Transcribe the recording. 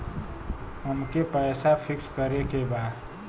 अमके पैसा फिक्स करे के बा?